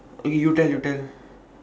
okay you tell you tell